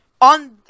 on